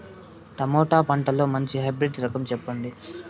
Tomato పంటలో మంచి hybrid రకం చెప్పండి?